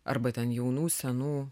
arba ten jaunų senų